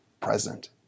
present